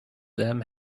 them